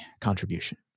contribution